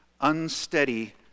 unsteady